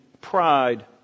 pride